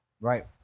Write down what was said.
Right